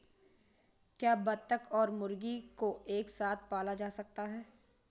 क्या बत्तख और मुर्गी को एक साथ पाला जा सकता है?